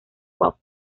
pop